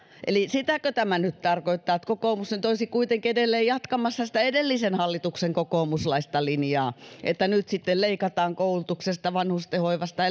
sitäkö tämä nyt tarkoittaa että kokoomus nyt olisi kuitenkin edelleen jatkamassa sitä edellisen hallituksen kokoomuslaista linjaa että nyt sitten leikataan koulutuksesta vanhusten hoivasta